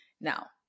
now